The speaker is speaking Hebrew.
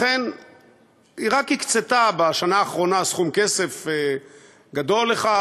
רק בשנה האחרונה היא הקצתה סכום כסף גדול לכך,